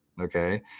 okay